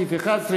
סעיף 11,